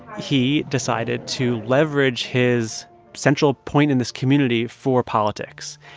he decided to leverage his central point in this community for politics.